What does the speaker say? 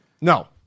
No